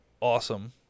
awesome